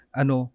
ano